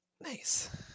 Nice